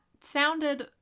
sounded